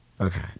Okay